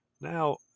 Now